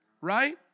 Right